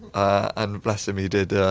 and bless him he did,